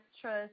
trust